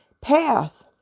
path